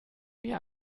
mir